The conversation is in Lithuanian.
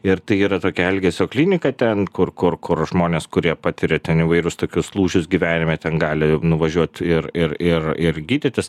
ir tai yra tokia elgesio klinika ten kur kur kur žmonės kurie patiria ten įvairius tokius lūžius gyvenime ten gali nuvažiuot ir ir ir ir gydytis